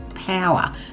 power